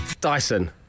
Dyson